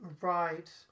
Right